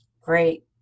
Great